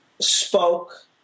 spoke